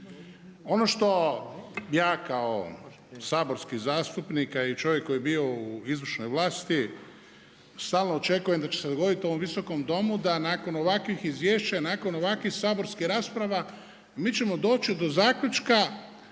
Ono što ja kao saborski zastupnik i čovjek koji je bio u izvršnoj vlasti stalno očekujem da će se dogoditi u ovom Visokom domu da nakon ovakvih izvješća i nakon ovakvih saborskih rasprava mi ćemo doći do zaključka